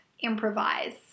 improvise